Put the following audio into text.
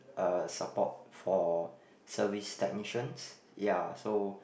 uh support for service technicians ya so